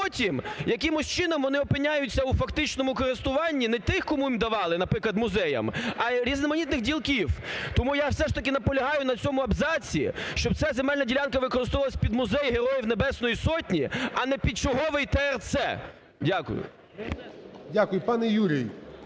потім якимось чином вони опиняються у фактичному користуванні не тих, кому їх давали, наприклад, музеям, а різноманітних ділків. Тому я все ж таки наполягаю на цьому абзаці, щоб ця земельна ділянка використовувалася під музей Героїв Небесної Сотні, а не під черговий ТРЦ. Дякую. ГОЛОВУЮЧИЙ. Дякую. Пане Юрій,